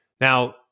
Now